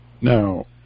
Now